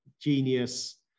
genius